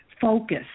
focus